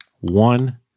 one